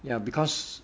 ya because